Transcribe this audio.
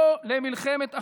"לא למלחמת אחים",